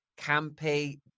campy